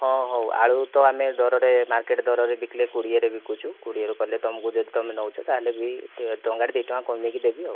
ହଁ ହୋଉ ଆଳୁ ତ ଆମେ ଦରରେ ମାର୍କେଟ ଦରରେ ବିକିଲେ କୋଡ଼ିଏ ରେ ବିକୁଛୁ କୋଡ଼ିଏ ରେ କଲେ ତମେ ଯଦି ନେଉଛୁ ତାହାଲେ ବି ଟଙ୍କାଟେ ଦୁଇ ଟଙ୍କା କମେଇକି ଦେବି ଆଉ